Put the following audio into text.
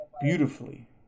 beautifully